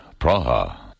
Praha